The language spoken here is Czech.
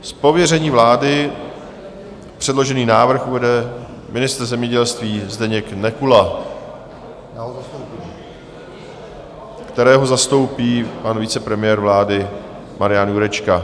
Z pověření vlády předložený návrh uvede ministr zemědělství Zdeněk Nekula, kterého zastoupí pan vicepremiér vlády Marian Jurečka.